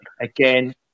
again